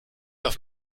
auf